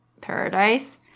paradise